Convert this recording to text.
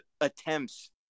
attempts